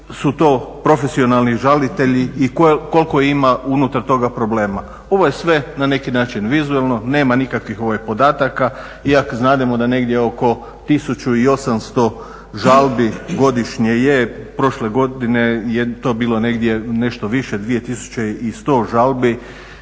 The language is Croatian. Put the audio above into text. su to profesionalni žalitelji i koliko ima unutar toga problema. Ovo je sve na neki način vizualno, nema nikakvih podataka iako znamo da negdje oko 1800 žalbi godišnje je, prošle godine je to bilo negdje nešto više 2100 žalbi,